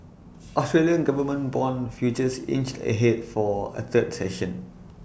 Australian government Bond futures inched ahead for A third session